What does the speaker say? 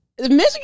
Michigan